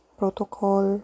protocol